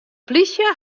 polysje